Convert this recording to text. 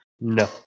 No